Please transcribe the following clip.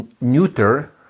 neuter